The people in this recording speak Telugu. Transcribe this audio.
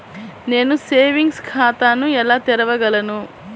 నేను సేవింగ్స్ ఖాతాను ఎలా తెరవగలను?